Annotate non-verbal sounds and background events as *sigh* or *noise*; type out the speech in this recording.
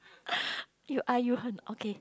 *laughs* you are you hun~ okay